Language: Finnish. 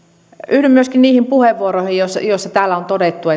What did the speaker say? yhdyn myöskin niihin puheenvuoroihin joissa täällä on todettu